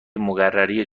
مقرری